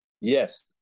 Yes